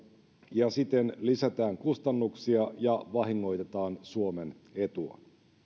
ja siten lisätään kustannuksia ja vahingoitetaan suomen etua